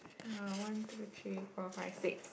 uh one two three four five six